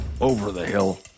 over-the-hill